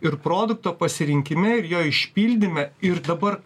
ir produkto pasirinkime ir jo išpildyme ir dabar